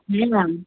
নিলাম